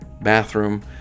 bathroom